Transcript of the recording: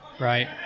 right